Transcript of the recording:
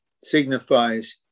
signifies